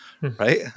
right